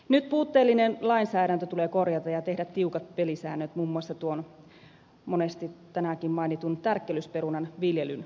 nyt puutteellinen lainsäädäntö tulee korjata ja tehdä tiukat pelisäännöt muun muassa tuon monesti tänäänkin mainitun tärkkelysperunan viljelyn varalta